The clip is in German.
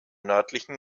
nördlichen